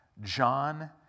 John